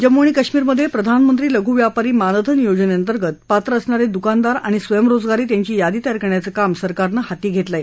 जम्मू आणि कश्मीरमधे प्रधानमंत्री लघु व्यापारी मानधन योजनेअंतर्गत पात्र असणारे दुकानदार आणि स्वरोजगारीत यांची यादी तयार करण्याचं काम सरकारनं हाती घेतलं आहे